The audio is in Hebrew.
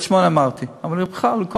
לאישור מליאת הכנסת איננה דבר שבשגרה.